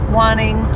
wanting